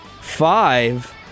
five